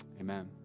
amen